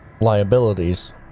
liabilities